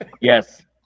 Yes